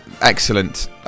Excellent